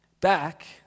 Back